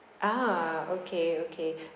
ah okay okay